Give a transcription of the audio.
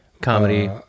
comedy